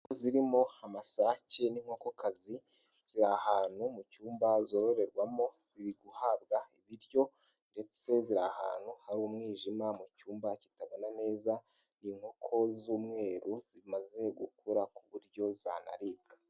Zirimo amasake n'inkoko kazi. Ziri ahantu mu cyumba zororerwamo, ziri guhabwa ibiryo ndetse ziri ahantu hari umwijima mu cyumba kitabona neza. Ni inkoko z'umweru zimaze gukura ku buryo zanaribwa.